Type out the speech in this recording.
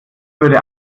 würde